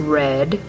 red